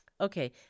Okay